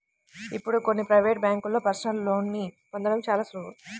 ఇప్పుడు కొన్ని ప్రవేటు బ్యేంకుల్లో పర్సనల్ లోన్ని పొందడం చాలా సులువు